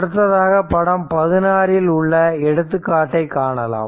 அடுத்ததாக படம் 16 இல் உள்ள எடுத்துக்காட்டை காணலாம்